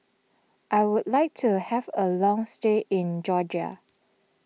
I would like to have a long stay in Georgia